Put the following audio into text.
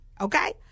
okay